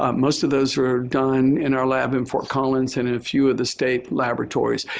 um most of those were done in our lab in fort collins and in a few of the state laboratories.